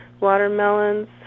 watermelons